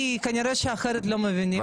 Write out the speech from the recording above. כי כנראה שאחרת לא מבינים,